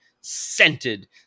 scented